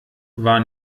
war